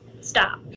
stop